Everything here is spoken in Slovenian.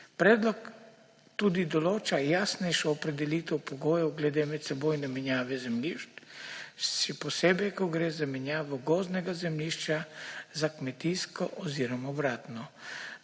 Predlog tudi določa jasnejšo opredelitev pogojev glede medsebojne menjave zemljišč, še posebej ko gre za menjavo gozdnega zemljišča za kmetijsko oziroma obratno.